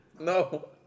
No